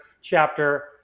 chapter